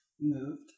Moved